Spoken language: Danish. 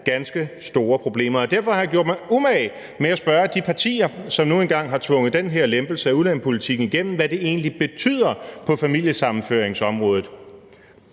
ganske store problemer. Derfor har jeg gjort mig umage med at spørge de partier, som nu engang har tvunget den her lempelse af udlændingepolitikken igennem, hvad det egentlig betyder på familiesammenføringsområdet,